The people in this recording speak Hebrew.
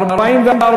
על רצונה להחיל דין